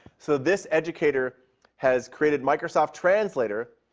so, this educator has created microsoft translator,